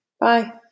Bye